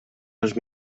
dos